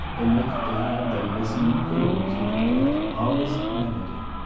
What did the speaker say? they make glad the listening fields with the great harvest melody.